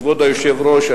כבוד היושב-ראש,